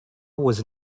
was